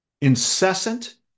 incessant